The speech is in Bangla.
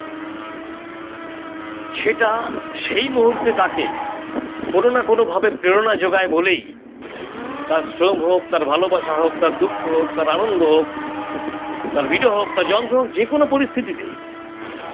সেটা সেই মুহুর্তে তাকে কোনো না কোনোভাবে প্রেরণা জোগায় বলেই তার শ্রম হোক তার ভালোবাসা হোক তার দুঃখ হোক তার আনন্দ হোক তার বিরহ হোক তা যন্ত্রণা হোক যে কোনো পরিস্থিতিতেই